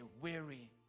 weary